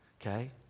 okay